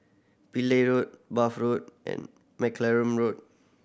Pillai Road Bath Road and Mccallum Road